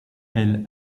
elle